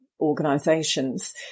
organizations